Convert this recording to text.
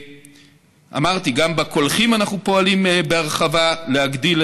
אמרתי: גם בקולחים אנחנו פועלים בהרחבה להגדיל